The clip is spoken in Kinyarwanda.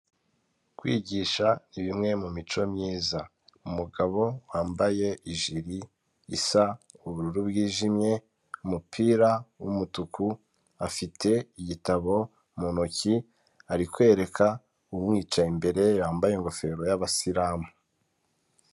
Kwigisha ni bimwe mu mico myiza. Umugabo wambaye ijiri isa ubururu bwijimye, umupira w'umutuku, afite igitabo mu ntoki ari kwereka umwicaye imbere yambaye ingofero y'Abasilamu.